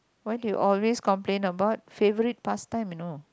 what do you always complain about favourite pastime you know